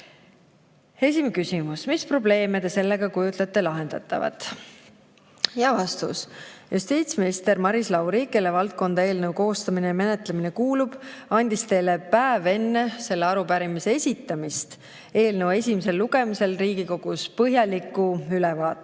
Esimene küsimus: "Mis probleeme te sellega kujutlete lahendavat?" Vastus. Justiitsminister Maris Lauri, kelle valdkonda eelnõu koostamine ja menetlemine kuulub, andis teile päev enne selle arupärimise esitamist, eelnõu esimesel lugemisel Riigikogus põhjaliku ülevaate.